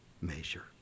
measure